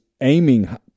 aiming